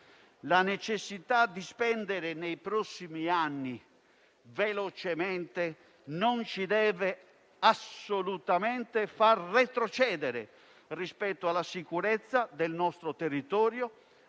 La necessità di spendere nei prossimi anni velocemente non ci deve assolutamente far retrocedere rispetto alla sicurezza del nostro territorio,